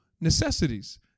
necessities